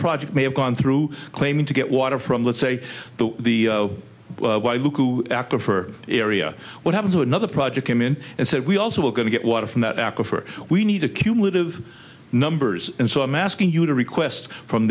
project may have gone through claiming to get water from let's say the the aquifer area what happens with another project came in and said we also are going to get water from that aquifer we need a cumulative numbers and so i'm asking you to request from